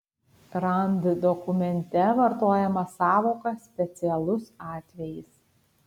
rand dokumente vartojama sąvoka specialus atvejis